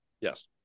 yes